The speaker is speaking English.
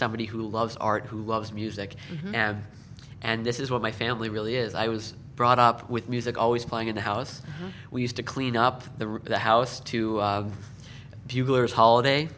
somebody who loves art who loves music and this is what my family really is i was brought up with music always playing in the house we used to clean up the the house to buglers holiday